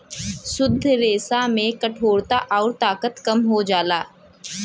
शुद्ध रेसा में कठोरता आउर ताकत कम हो जाला